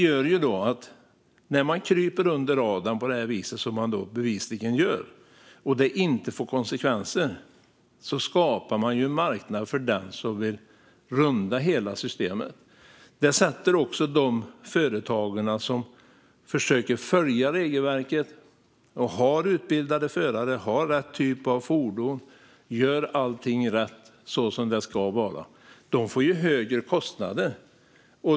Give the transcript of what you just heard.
Om man kan krypa under radarn, vilket man bevisligen gör, och det inte får konsekvenser skapar man en marknad för dem som vill runda systemet. Det leder också till att de företag som försöker följa regelverket, har utbildade förare, har rätt typ av fordon och gör allting rätt får högre kostnader.